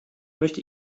möchte